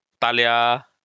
Talia